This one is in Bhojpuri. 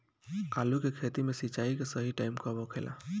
आलू के खेती मे सिंचाई के सही टाइम कब होखे ला?